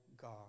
God